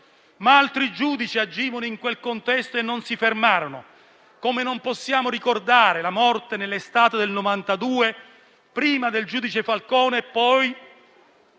ma altri giudici agivano in quel contesto e non si fermarono. Come possiamo non ricordare la morte, nell'estate del 1992, prima del giudice Falcone e poi